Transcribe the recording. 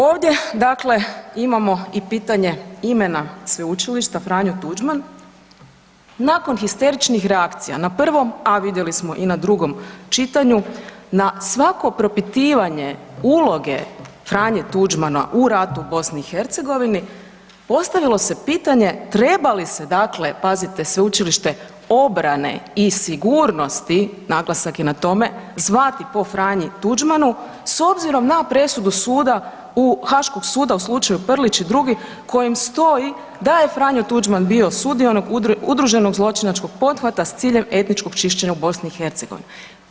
Ovdje dakle imamo i pitanje imena sveučilišta, „Franjo Tuđman“, nakon histeričnih reakcija na prvom a vidjeli smo i na drugom čitanju, na svako propitivanje uloge Franje Tuđmana u ratu u BiH-u, postavilo se pitanje treba li se dakle, pazite, Sveučilište obrane i sigurnosti, naglasak je na tome, zvati po Franji Tuđmanu, s obzirom na presudu suda, Haškog suda u slučaju Prlić i drugi u kojem stoji da je Franjo Tuđman bio sudionik udruženog zločinačkog pothvata s ciljem etničkog čišćenja u BiH-u.